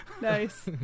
Nice